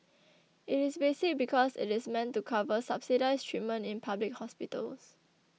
it is basic because it is meant to cover subsidised treatment in public hospitals